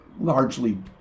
largely